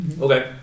Okay